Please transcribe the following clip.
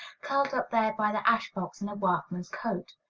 curled up there by the ash-box in a workman's coat.